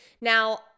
Now